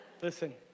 Listen